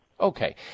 Okay